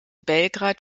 belgrad